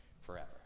forever